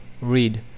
read